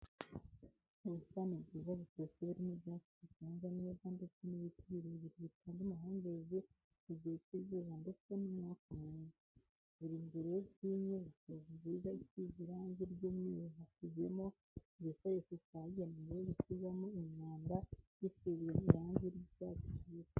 Mu busitani bwiza butoshye burimo ibyatsi biconze neza ndetse n'ibiti birebire bitanga amahumbezi mu gihe cy'izuba ndetse n'umwuka mwiza, buri imbere y'inyubako nziza isize irangi ry'umweru hashyizwemo igikoresho cyagenewe gushyirwamo imyanda gisizwe irangi ry'icyatsi kibisi.